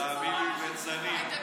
תאמין לי, ליצנים.